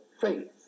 faith